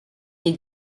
les